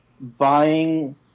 buying